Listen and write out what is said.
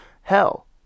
hell